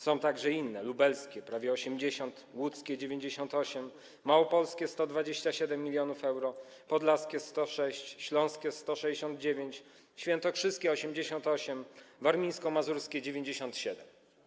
Są także inne: lubelskie - prawie 80 mln euro, łódzkie - 98, małopolskie - 127, podlaskie - 106, śląskie - 169, świętokrzyskie - 88, warmińsko-mazurskie - 97.